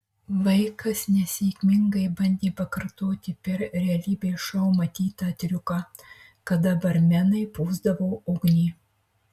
vaikas nesėkmingai bandė pakartoti per realybės šou matytą triuką kada barmenai pūsdavo ugnį